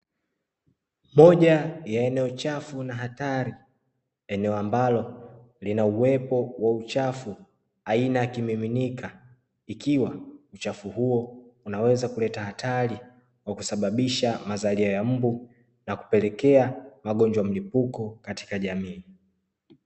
Moja ya eneo chafu na hatari, eneo ambalo linauwepo wa uchafu aina ya kimiminika, Iikiwa uchafu huo unaoweza kuleta hatari kwa kusababisha mazalia ya mbu na kupelekea magonjwa ya mlipuko katika jamii.